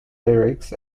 lyrics